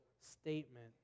statement